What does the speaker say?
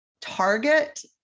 target